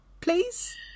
Please